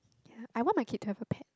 yeah I want my kid to have a pet